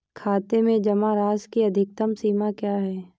खाते में जमा राशि की अधिकतम सीमा क्या है?